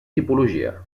tipologia